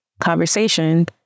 conversation